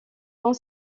ans